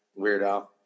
Weirdo